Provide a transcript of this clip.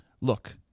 look